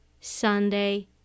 sunday